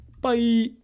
Bye